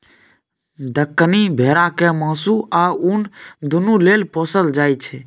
दक्कनी भेरा केँ मासु आ उन दुनु लेल पोसल जाइ छै